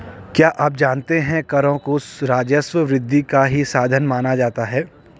क्या आप जानते है करों को राजस्व वृद्धि का ही साधन माना जाता है?